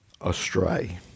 astray